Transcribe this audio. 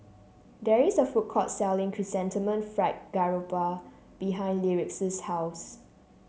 there is a food court selling Chrysanthemum Fried Garoupa behind Lyric's house